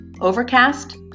Overcast